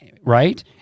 Right